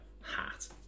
hat